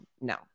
no